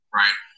right